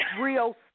real